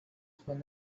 spend